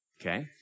Okay